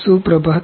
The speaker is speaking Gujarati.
સુપ્રભાત